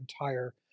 entire